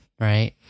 Right